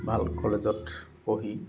ভাল কলেজত পঢ়ি